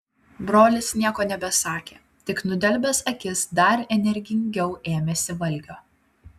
brolis nieko nebesakė tik nudelbęs akis dar energingiau ėmėsi valgio